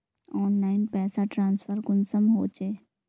Online पैसा transfer कुंसम होचे?